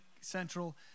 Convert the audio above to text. Central